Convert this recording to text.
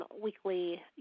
weekly